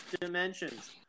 dimensions